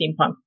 steampunk